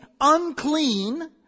unclean